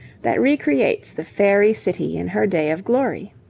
that re-creates the fairy city in her day of glory.